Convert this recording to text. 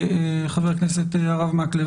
חבר הכנסת הרב מקלב,